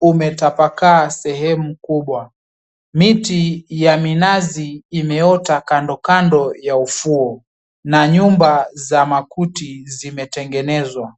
umetapakaa sehemu kubwa. Miti ya minazi imeota kandokando ya ufuo na nyumba za makuti zimetengenezwa.